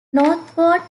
northward